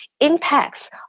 impacts